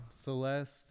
Celeste